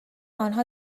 آنها